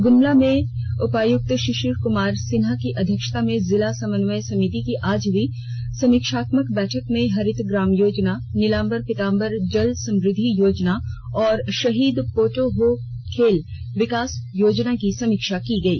गुमला में उपायुक्त शिशिर कुमार सिन्हा की अध्यक्षता में जिला समन्वय समिति की आज हुई समीक्षात्मक बैठक में हरित ग्राम योजना नीलाम्बर पिताम्बर जल समृद्धि योजना और शहीद पोटो हो खेल विकास योजना की समीक्षा की गई